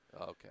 Okay